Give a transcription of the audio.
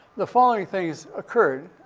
the following things occurred.